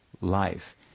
life